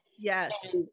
Yes